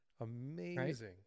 Amazing